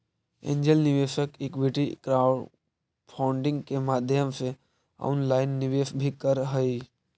angel निवेशक equity crowdfunding के माध्यम से ऑनलाइन निवेश भी करऽ हइ